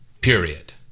period